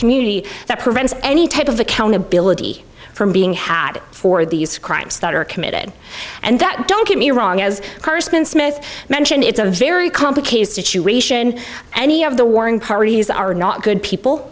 community that prevents any type of accountability from being had for these crimes that are committed and that don't get me wrong as person smith mentioned it's a very complicated situation any of the warring parties are not good